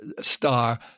star